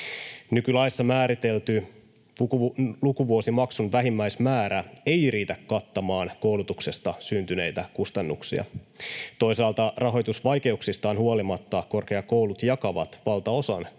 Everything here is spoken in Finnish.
Nykylaissa määritelty lukuvuosimaksun vähimmäismäärä ei riitä kattamaan koulutuksesta syntyneitä kustannuksia. Toisaalta rahoitusvaikeuksistaan huolimatta korkeakoulut jakavat valtaosan keräämistään